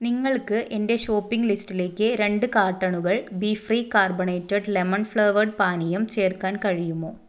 നിങ്ങൾക്ക് എന്റെ ഷോപ്പിംഗ് ലിസ്റ്റിലേക്ക് രണ്ട് കാർട്ടണുകൾ B free carbonated lemon flavoured പാനീയം ചേർക്കാൻ കഴിയുമോ